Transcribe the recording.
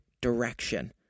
direction